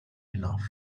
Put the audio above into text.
enough